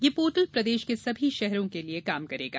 यह पोर्टल प्रदेश के सभी शहरों के लिये काम करेगा